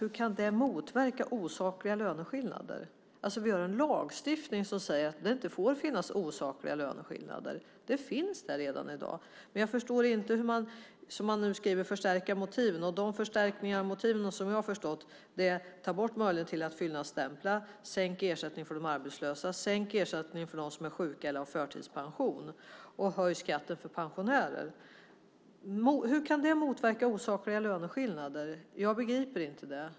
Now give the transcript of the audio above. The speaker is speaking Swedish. Hur kan det motverka osakliga löneskillnader? Vi har en lagstiftning som säger att det inte får finnas osakliga löneskillnader. Det finns redan i dag. Jag förstår inte detta. Man skriver "förstärka motiven", och de förstärkningar som jag har sett är att ta bort möjligheterna till att fyllnadsstämpla, att sänka ersättningen för de arbetslösa, att sänka ersättningen för dem som är sjuka eller har förtidspension och att höja skatten för pensionärer. Hur kan det motverka osakliga löneskillnader? Jag begriper inte det.